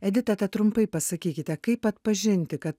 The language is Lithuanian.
edita te trumpai pasakykite kaip atpažinti kad